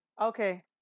Okay